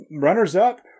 runners-up